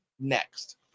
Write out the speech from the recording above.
next